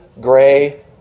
gray